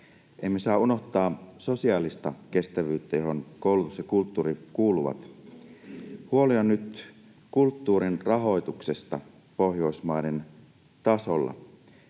emme saa unohtaa sosiaalista kestävyyttä, johon koulutus ja kulttuuri kuuluvat. Huoli on nyt kulttuurin rahoituksesta Pohjoismaiden tasolla.